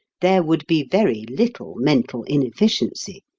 there would be very little mental inefficiency.